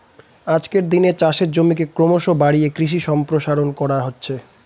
আজকের দিনে চাষের জমিকে ক্রমশ বাড়িয়ে কৃষি সম্প্রসারণ করা হচ্ছে